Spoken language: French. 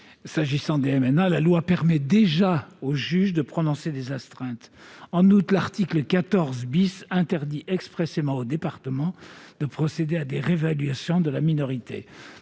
s'agissant des MNA, la loi permet déjà à celui-ci de prononcer des astreintes. En outre, l'article 14 interdit expressément aux départements de procéder à des réévaluations de la minorité.